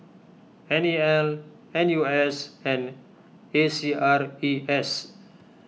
N E L N U S and A C R E S